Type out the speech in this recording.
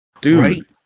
dude